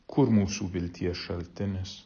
kur mūsų vilties šaltinis